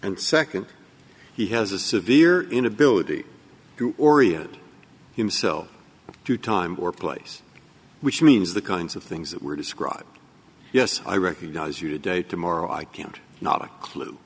and second he has a severe inability to orient himself to time or place which means the kinds of things that were described yes i recognize you today tomorrow i can't not a clue